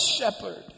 shepherd